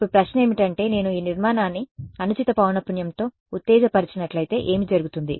ఇప్పుడు ప్రశ్న ఏమిటంటే నేను ఈ నిర్మాణాన్ని అనుచిత పౌనఃపున్యంతో ఉత్తేజపరిచినట్లయితే ఏమి జరుగుతుంది